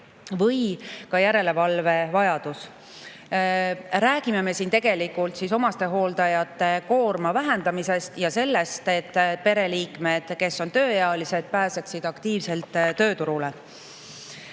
või ka järelevalve vajadus.Me räägime tegelikult omastehooldajate koorma vähendamisest ja sellest, et pereliikmed, kes on tööealised, [saaksid] aktiivselt tööturul